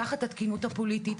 תחת התקינות הפוליטית,